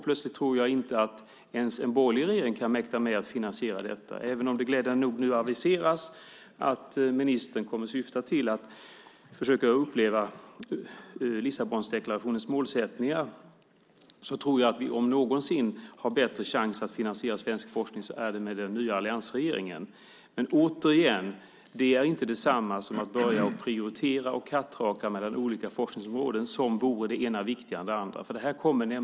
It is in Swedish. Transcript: Plötsligt tror jag inte att ens en borgerlig regering kan mäkta med att finansiera detta, även om det glädjande nog nu aviseras att ministern kommer att försöka uppnå Lissabondeklarationens målsättningar. Jag tror att om vi någonsin ska ha en bättre chans att finansiera svensk forskning så är det med den nya alliansregeringen. Men, återigen, det är inte detsamma som att börja prioritera och ha ett kattrakande mellan olika forskningsområden som om det ena vore viktigare än det andra.